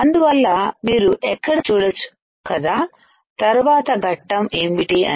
అందువల్ల మీరు ఎక్కడ చూడొచ్చు కదా తర్వాత ఘట్టం ఏమిటి అని